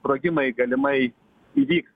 sprogimai galimai įvyks